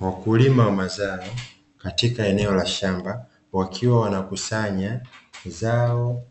Wakulima wa mazao katika eneo la shamba wakiwa wanakusanya zao